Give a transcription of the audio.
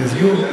אני אסביר.